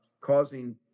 causing